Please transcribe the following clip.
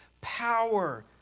power